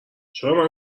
چرا